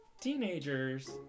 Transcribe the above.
Teenagers